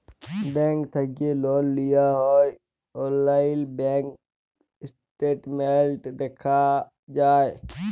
bank থ্যাকে loan লিয়া হ্যয় অললাইল ব্যাংক ইসট্যাটমেল্ট দ্যাখা যায়